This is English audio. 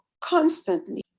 Constantly